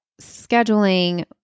scheduling